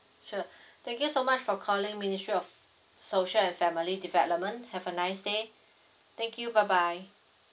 sure thank you so much for calling ministry of social and family development have a nice day thank you bye bye